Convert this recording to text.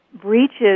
breaches